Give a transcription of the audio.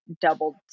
doubled